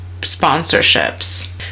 sponsorships